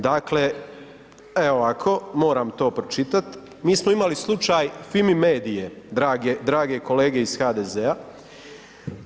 Dakle, evo ovako, moram to pročitati, mi smo imali slučaj FIMI-MEDIA-e, drage kolege iz HDZ-a.